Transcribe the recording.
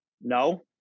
No